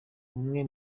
umwe